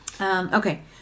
Okay